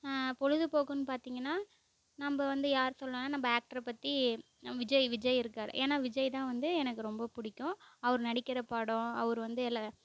பொழுதுபோக்குன்னு பார்த்திங்கன்னா நம்ம வந்து யார் சொல்லலானால் நம்ம ஆக்டர பற்றி நம்ம விஜய் விஜய் இருக்கார் ஏன்னால் விஜய் தான் வந்து எனக்கு ரொம்ப பிடிக்கும் அவர் நடிக்கின்ற படம் அவர் வந்து எல்லா